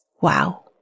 Wow